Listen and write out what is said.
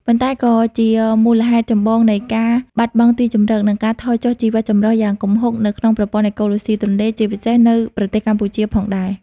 ប៉ុន្តែក៏ជាមូលហេតុចម្បងមួយនៃការ បាត់បង់ទីជម្រក និងការថយចុះ ជីវៈចម្រុះ យ៉ាងគំហុកនៅក្នុងប្រព័ន្ធអេកូឡូស៊ីទន្លេ ជាពិសេសនៅប្រទេសកម្ពុជាផងដែរ។